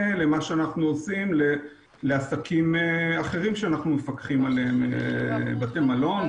למה שאנחנו עושים לעסקים אחרים שאנחנו מפקחים עליהם בתי מלון,